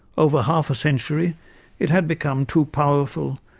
over half a century it had become too powerful,